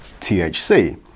THC